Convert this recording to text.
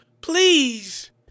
Please